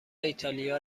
ایتالیا